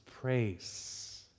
praise